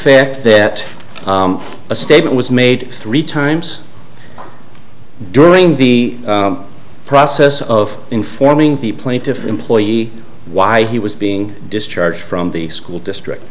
fact that a statement was made three times during the process of informing the plaintiff employee why he was being discharged from the school district